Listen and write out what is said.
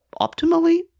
Optimally